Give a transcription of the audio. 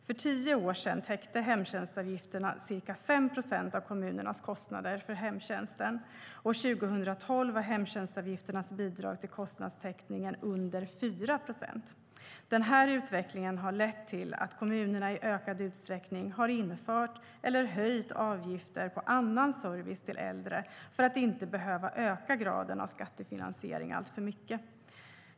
För tio år sedan täckte hemtjänstavgifterna ca 5 procent av kommunernas kostnader för hemtjänst. År 2012 var hemtjänstavgifternas bidrag till kostnadstäckning under 4 procent. Den här utvecklingen har lett till att kommunerna i ökad utsträckning har infört eller höjt avgifter på annan service till äldre för att inte behöva öka graden av skattefinansiering alltför mycket.